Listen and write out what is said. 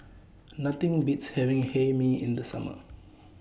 Nothing Beats having Hae Mee in The Summer